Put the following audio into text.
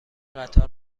قطار